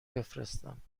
بفرستم